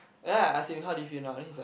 then I ask him how do you feel now then he's like